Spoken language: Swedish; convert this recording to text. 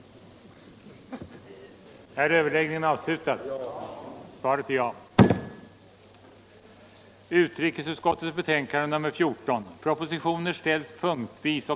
Internationellt utvecklingssamar